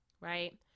Right